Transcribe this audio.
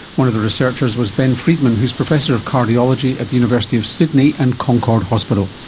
one of the researchers was ben freedman who's professor of cardiology at the university of sydney and concord hospital.